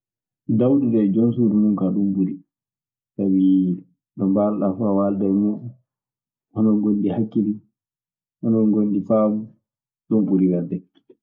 Dawdude e jon suudu muuɗun kaa ɗun ɓuri. Sabi ɗo mbaalɗaa fuu a waaldan e muuɗun. Onon ngondi hakkille, onon ngondi faamu. Ɗun ɓuri welde.